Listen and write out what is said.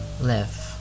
live